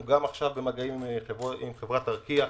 אנחנו גם עכשיו במגעים עם חברת ארקיע.